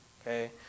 okay